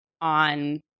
on